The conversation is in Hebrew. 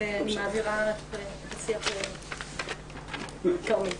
אני מעבירה לך, כרמית.